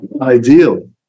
ideal